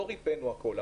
לא רפאנו את הכל.